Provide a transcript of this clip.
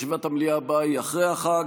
ישיבת המליאה הבאה היא אחרי החג.